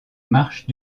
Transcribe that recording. marche